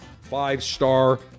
five-star